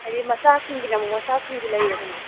ꯍꯥꯏꯗꯤ ꯃꯆꯥꯁꯤꯡꯒꯤꯅ ꯑꯃꯨꯛ ꯃꯆꯥꯁꯤꯡꯒꯤ ꯂꯩꯔꯦꯗꯅ